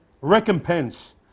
recompense